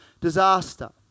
disaster